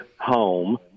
home